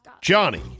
Johnny